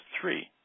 three